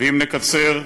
ואם נקצר,